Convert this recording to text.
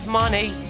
money